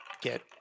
get